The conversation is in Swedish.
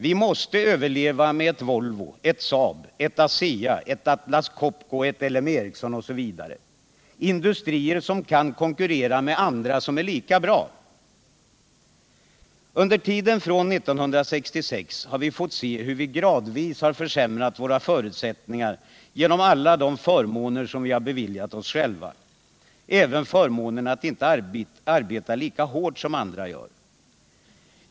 Vi måste överleva med ett Volvo, ett SAAB, ett ASEA, ett Atlas Copco, ett LM Ericsson osv. — industrier som kan konkurrera med andra som är lika bra. Under tiden från 1966 har vi fått se hur vi gradvis försämrat våra förutsättningar genom alla de förmåner vi har beviljat oss själva, även förmånen att inte arbeta lika hårt som andra gör.